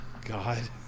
God